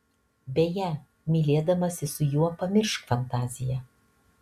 beje mylėdamasi su juo pamiršk fantaziją